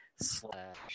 slash